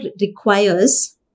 requires